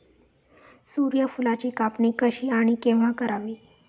सूर्यफुलाची कापणी कशी आणि केव्हा करावी?